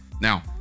Now